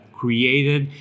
created